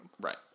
Right